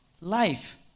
Life